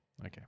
Okay